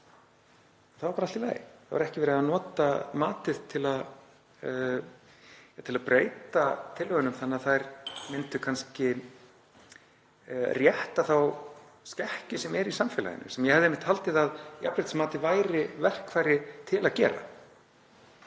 Það var bara allt í lagi. Ekki var verið að nota matið til að breyta tillögunum þannig að þær myndu kannski rétta þá skekkju sem er í samfélaginu, en ég hefði einmitt haldið að jafnréttismat væri verkfæri til að gera